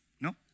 no